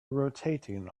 rotating